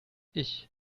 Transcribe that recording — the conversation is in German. ich